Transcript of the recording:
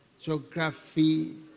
geography